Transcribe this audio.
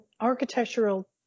architectural